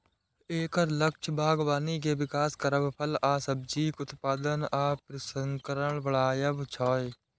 एकर लक्ष्य बागबानी के विकास करब, फल आ सब्जीक उत्पादन आ प्रसंस्करण बढ़ायब छै